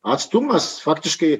atstumas faktiškai